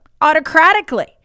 autocratically